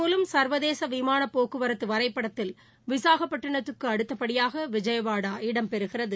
மூலம் சர்வதேச விமானப் போக்குவரத்து வரைபடத்தில் விசாகப்பட்டினத்துக்கு இதன் அடுத்தபடியாக விஜயவாடா இடம்பெறுகிறது